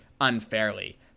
unfairly